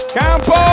campo